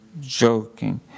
joking